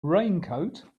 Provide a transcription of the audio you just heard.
raincoat